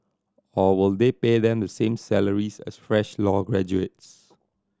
or will they pay them the same salaries as fresh law graduates